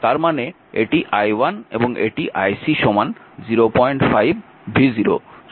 তার মানে এটি i1 এবং এটি ic 05 v0